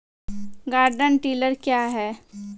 Garden tiller क्या हैं?